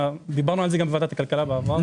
דיברנו על זה גם בוועדת כלכלה בעבר.